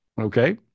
Okay